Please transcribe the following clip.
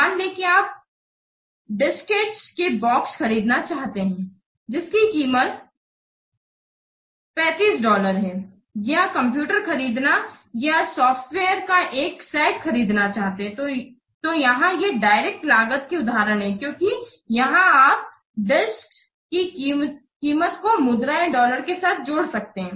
मान लें कि आप डिस्केटस के बॉक्स खरीदना चाहते हैं जिसकी कीमत ३५ है या कंप्यूटर खरीदना या सॉफ्टवेअर का एक सेट खरीदना चाहते हैं तोयहां ये डायरेक्ट लागत के उदाहरण हैं क्योंकि यहाँ आप डिस्केटस कि कीमत को मुद्रा डॉलर के साथ जोड़ सकते हैं